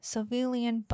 Civilian